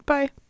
Bye